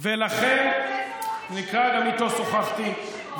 אני ממליצה לקרוא את אמנון רובינשטיין.